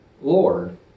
Lord